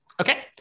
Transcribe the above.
Okay